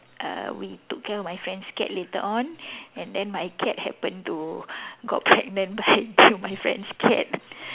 uh we took care of my friend's cat later on and then my cat happened to got pregnant by the my friend's cat